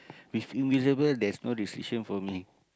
if invisible there's no restriction for me